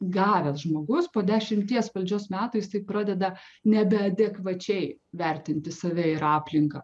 gavęs žmogus po dešimties valdžios metų jisai pradeda nebe adekvačiai vertinti save ir aplinką